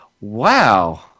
Wow